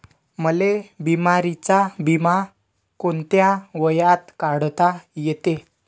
मले बिमारीचा बिमा कोंत्या वयात काढता येते?